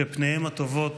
שפניהם הטובות